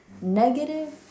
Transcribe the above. Negative